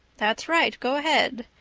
that's right. go ahead.